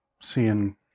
Seeing